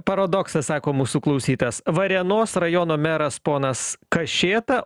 paradoksas sako mūsų klausytojas varėnos rajono meras ponas kašėta